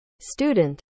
student